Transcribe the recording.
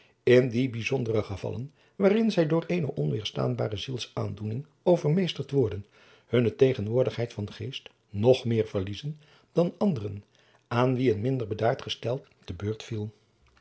in die bijzondere gevallen waarin zij door eene onwederstaanbare zielsaandoening overmeesterd worden hunne tegenwoordigheid van geest nog meer verliezen dan anderen aan wie een minder bedaard gestel te beurt viel